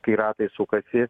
kai ratai sukasi